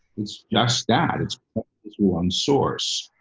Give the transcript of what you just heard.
it's just that. it's one source.